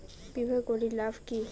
বিমা করির লাভ কি?